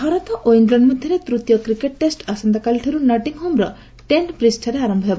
cricket Bharat ଓ England ମଧ୍ୟରେ ତୂତୀୟ କ୍ରିକେଟ ଟେଷ୍ଟ ଆସନ୍ତାକାଲିଠାରୁ ନଟିଂହୋମର ଟ୍ରେଷ୍ଟବ୍ରିକଠାରେ ଆରମ୍ଭ ହେବ